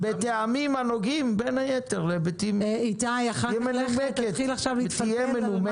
בטעמים הנוגעים בין היתר להיבטים --- ותהיה מנומקת,